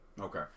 Okay